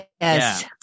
yes